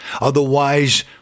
Otherwise